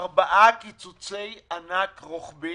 ארבעה קיצוצי ענק רוחביים,